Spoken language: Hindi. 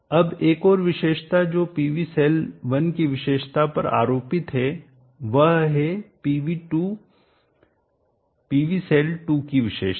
अब एक और विशेषता जो PV सेल 1 की विशेषता पर आरोपित है वह है PV सेल 2 की विशेषता